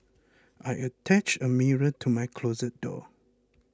I attached a mirror to my closet door